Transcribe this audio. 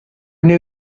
knew